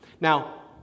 Now